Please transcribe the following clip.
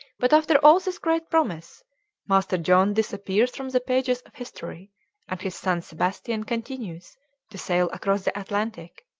but after all this great promise master john disappears from the pages of history and his son sebastian continues to sail across the atlantic,